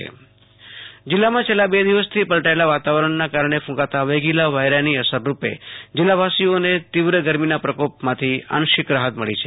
આશુતોષ અંતાણી હવામાન જિલ્લામાં છેલ્લા બે દિવસથી પલટાયેલા વાતાવરણના કારણે ફૂંકાતા વેગીલા વાયરાની અસરરૂપે જિલ્લાવાસીઓને તીવ્ર ગરમીના પ્રકોપથી આંશિક રાહત મળી છે